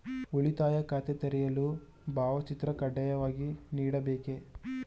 ಉಳಿತಾಯ ಖಾತೆ ತೆರೆಯಲು ಭಾವಚಿತ್ರ ಕಡ್ಡಾಯವಾಗಿ ನೀಡಬೇಕೇ?